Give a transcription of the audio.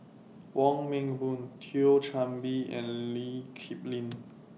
Wong Meng Voon Thio Chan Bee and Lee Kip Lin